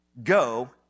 Go